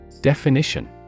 Definition